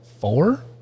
four